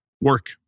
work